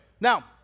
now